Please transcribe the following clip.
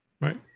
Right